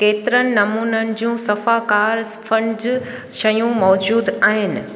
केतिरनि नमूननि जूं सफ़ाकार इस्फ़नज शयूं मौज़ूदु आहिनि